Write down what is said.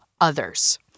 others